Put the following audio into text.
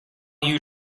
you